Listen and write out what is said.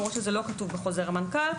למרות שזה לא כתוב בחוזר המנכ"ל.